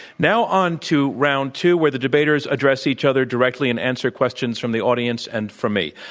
now, onto round two where the debaters address each other directly and answer questions from the audience and from me.